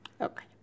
Okay